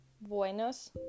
Buenos